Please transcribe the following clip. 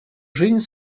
жизнь